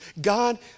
God